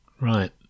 Right